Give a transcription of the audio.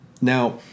Now